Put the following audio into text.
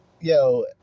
Yo